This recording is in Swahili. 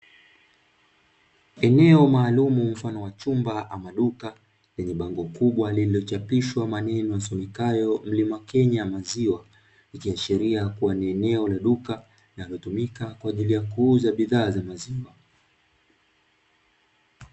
Eneo maalumu mfano wa chumba ama duka lenye bango kubwa lililochapishwa maneno yasomekayo, mlima Kenya maziwa likiashiria kuwa ni eneo la duka linalotumika kwa ajili ya kuuza bidhaa za maziwa.